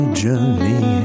journey